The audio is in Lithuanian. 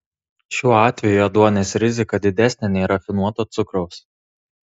šiuo atveju ėduonies rizika didesnė nei rafinuoto cukraus